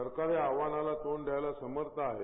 सरकार या आव्हानाला तोंड द्यायला समर्थ आहे